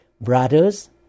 Brothers